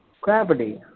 gravity